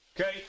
okay